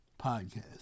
podcast